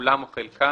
כולם או חלקם,